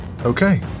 Okay